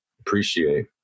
appreciate